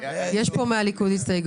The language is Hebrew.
יש פה הסתייגויות מהליכוד.